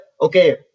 okay